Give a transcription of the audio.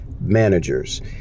managers